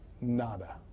nada